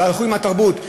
והלכו עם התרבות.